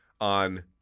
on –